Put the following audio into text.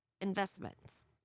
investments